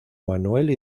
manuel